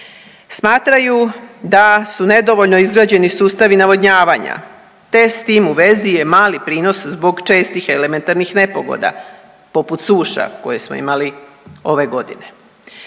Smatraju da su nedovoljno izrađeni sustavi navodnjavanja te s tim u vezi je mali prinos zbog čestih elementarnih nepogoda poput suša koje smo imali ove godine.